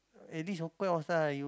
at least ah you